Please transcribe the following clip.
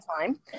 time